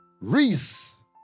Reese